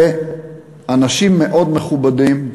ואנשים מאוד מכובדים,